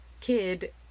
kid